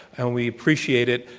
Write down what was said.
and we appreciate it.